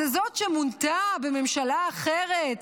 זה זאת שמונתה בממשלה אחרת,